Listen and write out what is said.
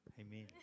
Amen